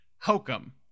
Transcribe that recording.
hokum